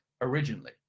originally